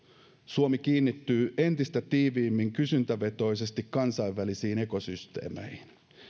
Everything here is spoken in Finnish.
suomi kiinnittyy entistä tiiviimmin kysyntävetoisesti kansainvälisiin ekosysteemeihin